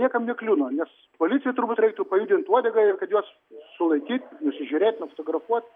niekam nekliūna nes policijai turbūt reiktų pajudint uodegą ir kad juos sulaikyt nusižiūrėt sugrupuot